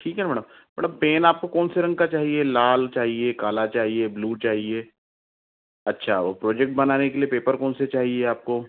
ठीक है madam madam pen आपको कौनसे रंग का चाहिए लाल चाहिए काला चाहिए ब्लू चाहिए अच्छा वह प्रोजेक्ट बनाने के लिए पेपर कौनसे चाहिए आपको